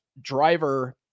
driver